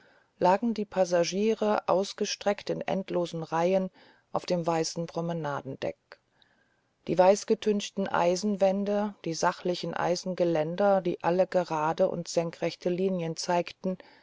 lagen die passagiere ausgestreckt in endlosen reihen auf dem weißen promenadendeck die weißgetünchten eisenwände die sachlichen eisengeländer die alle gerade und senkrechte linien zeigten